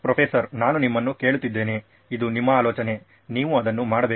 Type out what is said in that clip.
professor ನಾನು ನಿಮ್ಮನ್ನು ಕೇಳುತ್ತಿದ್ದೇನೆ ಇದು ನಿಮ್ಮ ಆಲೋಚನೆ ನೀವು ಅದನ್ನು ಮಾಡಬೇಕು